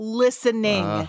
listening